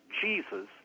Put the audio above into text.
Jesus